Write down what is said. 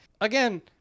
again